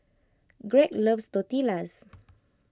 Gregg loves Tortillas